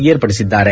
ಏರ್ಪಡಿಸಿದ್ದಾರೆ